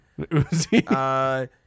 Uzi